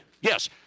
yes –